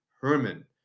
Herman